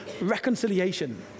reconciliation